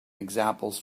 examples